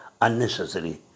unnecessary